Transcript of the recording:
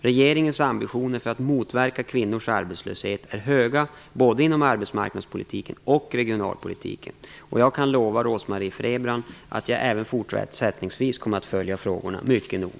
Regeringens ambitioner för att motverka kvinnors arbetslöshet är höga, både inom arbetsmarknadspolitiken och inom regionalpolitiken. Jag kan lova Rose Marie Frebran att jag även fortsättningsvis kommer att följa frågorna mycket noga.